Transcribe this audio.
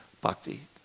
bhakti